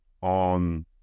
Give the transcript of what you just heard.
on